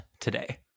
today